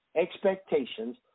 expectations